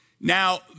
Now